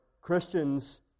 Christians